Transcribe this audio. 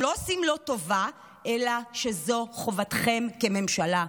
לא עושים לו טובה אלא שזו חובתכם כממשלה.